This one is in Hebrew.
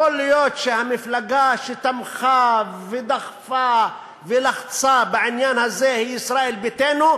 יכול להיות שהמפלגה שתמכה ודחפה ולחצה בעניין הזה היא ישראל ביתנו,